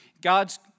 God's